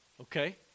okay